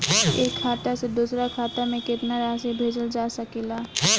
एक खाता से दूसर खाता में केतना राशि भेजल जा सके ला?